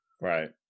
right